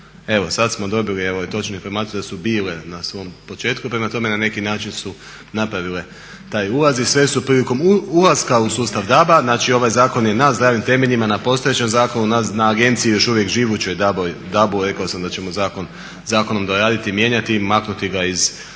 evo sada smo dobili točnu informaciju da su bile na svom početku, prema tome na neki način su napravile taj ulaz i sve su prilikom ulaska u sustav DAB-a znači ovaj zakon je na zdravim temeljima, na postojećem zakonu na agenciji još uvijek živućoj DAB-u, rekao sam da ćemo zakonom doraditi, mijenjati ga i maknuti ga ispod